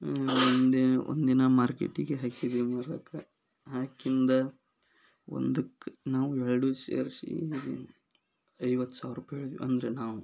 ಒಂದೇ ಒಂದಿನ ಮಾರ್ಕೇಟಿಗೆ ಹಾಕಿದ್ವಿ ಮಾರಕ್ಕೆ ಹಾಕಿದ ಒಂದಕ್ಕೆ ನಾವು ಎರಡೂ ಸೇರ್ಸಿ ಐವತ್ತು ಸಾವಿರ ರೂಪಾಯಿ ಹೇಳಿದ್ವಿ ಅಂದರೆ ನಾವು